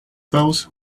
those